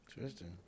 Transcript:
Tristan